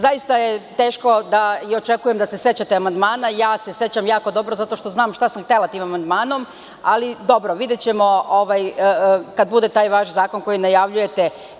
Zaista je teško da i očekujem da se sećate amandmana, ja se sećam jako dobro zato što znam šta sam htela tim amandmanom, ali dobro, videćemo kad bude taj vaš zakon koji najavljujete.